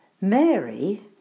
Mary